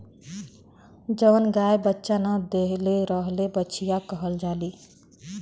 जवन गाय बच्चा न देले रहेली बछिया कहल जाली